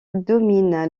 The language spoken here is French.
domine